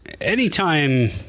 anytime